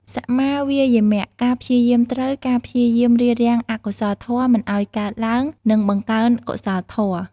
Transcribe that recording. សម្មាវាយាមៈ ការព្យាយាមត្រូវ ការព្យាយាមរារាំងអកុសលធម៌មិនឲ្យកើតឡើង និងបង្កើនកុសលធម៌។